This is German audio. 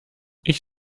ich